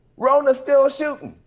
rona's still shooting.